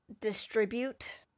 distribute